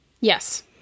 Yes